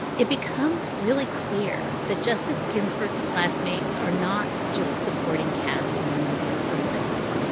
it becomes really clear that justice ginsburg's classmates are not just supporting cast in the movie of her life.